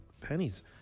pennies